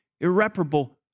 irreparable